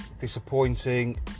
disappointing